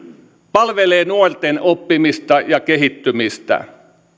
palvelee nuorten oppimista ja kehittymistä